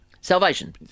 Salvation